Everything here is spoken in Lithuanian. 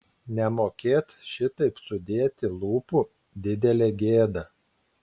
nemokėt šitaip sudėti lūpų didelė gėda